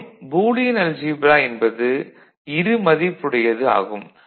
மேலும் Boolean algebra என்பது இருமதிப்புடையது ஆகும்